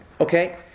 Okay